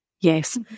Yes